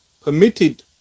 permitted